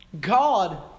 God